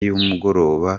y’umugoroba